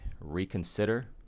reconsider